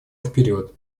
вперед